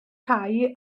cae